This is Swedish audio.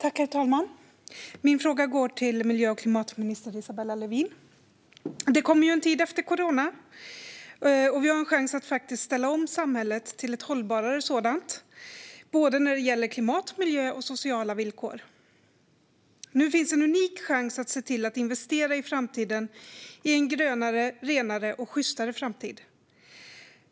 Herr talman! Min fråga går till miljö och klimatminister Isabella Lövin. Det kommer ju en tid efter corona, och vi har nu en chans att faktiskt ställa om samhället till ett hållbarare sådant när det gäller klimat, miljö och sociala villkor. Nu finns en unik chans att investera i en grönare, renare och sjystare framtid.